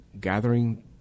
gathering